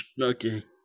Okay